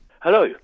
Hello